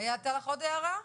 הייתה לך עוד הערה?